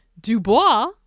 Dubois